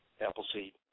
Appleseed